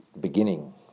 beginning